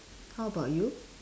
how about you